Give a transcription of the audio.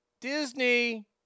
Disney